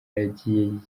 yagiye